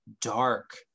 dark